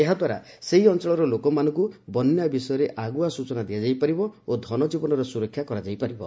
ଏହାଦ୍ୱାରା ସେହି ଅଞ୍ଚଳର ଲୋକମାନଙ୍କୁ ବନ୍ୟା ବିଷୟରେ ଆଗୁଆ ସ୍ଚଚନା ଦିଆଯାଇପାରିବ ଓ ଧନକୀବନର ସୁରକ୍ଷା କରାଯାଇପାରିବ